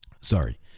sorry